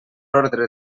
ordre